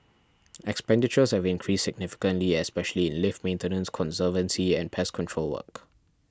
expenditures have increased significantly especially in lift maintenance conservancy and pest control work